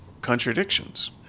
contradictions